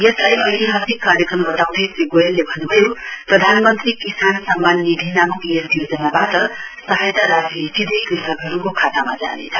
यसलाई ऐतिहासिक कार्यक्रम बताउँदै श्री गोयलले भन्न्भयो प्रधानमन्त्री किसान सम्मान निधि नामक यस योजनाबाट सहायता राशि सीधै कृषकहरूको खातामा जानेछ